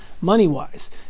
money-wise